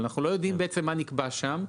אנחנו לא יודעים מה נקבע שם,